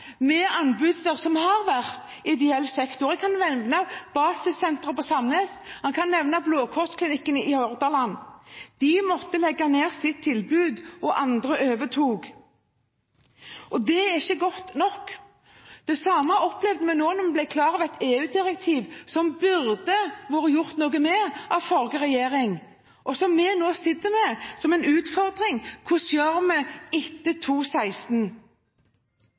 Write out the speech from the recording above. ideell sektor. Jeg kan nevne Basissenteret Blå Kors i Sandnes og Blå Kors-klinikkene i Hordaland. De måtte legge ned sine tilbud, og andre overtok. Det er ikke godt nok. Det samme opplevde vi nå da vi ble klar over et EU-direktiv som burde vært gjort noe med av forrige regjering, og som vi nå sitter med som en utfordring: Hvordan gjør vi det etter